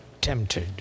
tempted